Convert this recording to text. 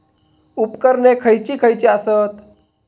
उपकरणे खैयची खैयची आसत?